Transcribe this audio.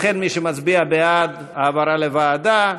לכן, מי שמצביע בעד, העברה לוועדה,